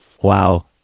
Wow